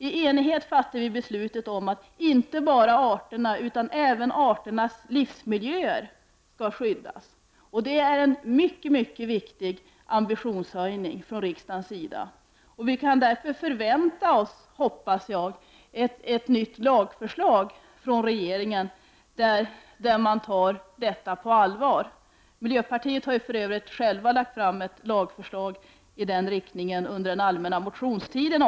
I enighet fattades beslutet att inte bara arterna utan även arternas livsmiljöer skall skyddas. Det är en mycket viktig ambitionshöjning från riksdagens sida. Jag hoppas därför att vi kan förvänta oss ett nytt lagförslag från regeringen där man tar detta på allvar. Vi i miljöpartiet har för övrigt själva lagt fram ett lagförslag i den riktningen under den allmänna motionstiden.